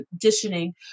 conditioning